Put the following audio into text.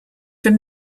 from